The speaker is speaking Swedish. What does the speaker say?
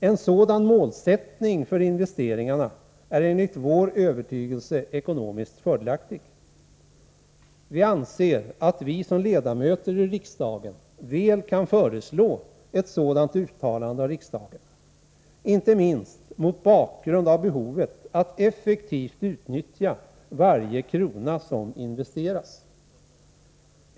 En sådan målsättning för investeringarna är enligt vår övertygelse ekonomiskt fördelaktig. Vi anser att vi som ledamöter i riksdagen väl kan föreslå ett sådant uttalande av riksdagen, inte minst mot bakgrund av behovet att effektivt utnyttja varje krona som investeras.